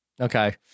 Okay